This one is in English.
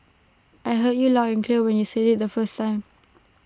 I heard you loud and clear when you said IT the first time